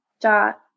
dot